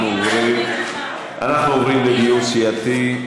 אנחנו עוברים לדיון סיעתי.